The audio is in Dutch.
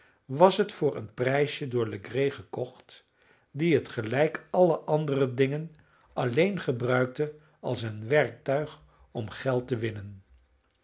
was het voor een prijsje door legree gekocht die het gelijk alle andere dingen alleen gebruikte als een werktuig om geld te winnen